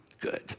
good